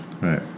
right